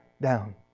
down